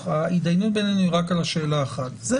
ההתדיינות בינינו היא רק על שאלה אחת זה